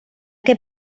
què